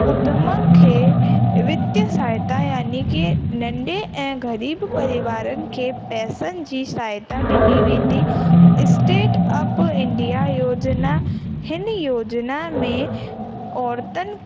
उदमनि खे वित्य साहयता यानी की नंढे ऐं ग़रीबु परिवारनि खे पैसनि जी सहायता ॾिनी वेंदी स्टेट अप इंडिया योजना हिन योजना में औरतुनि